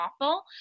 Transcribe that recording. awful